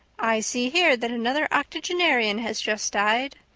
i see here that another octogenarian has just died.